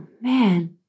man